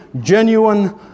genuine